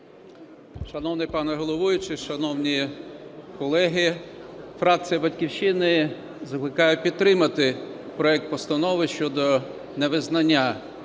Шановний пане головуючий, шановні колеги, фракція "Батьківщина" закликає підтримати проект постанови щодо невизнання